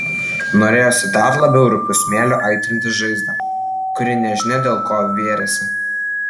norėjosi dar labiau rupiu smėliu aitrinti žaizdą kuri nežinia dėl ko vėrėsi